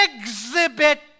exhibit